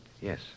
Yes